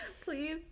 please